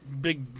big